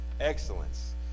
excellence